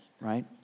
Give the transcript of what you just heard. right